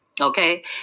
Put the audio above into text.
Okay